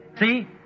See